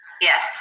Yes